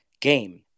game